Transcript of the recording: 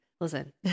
listen